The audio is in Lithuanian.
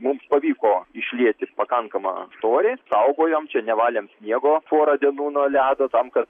mums pavyko išlieti pakankamą storį saugojom čia nevalėm sniego porą dienų nuo ledo tam kad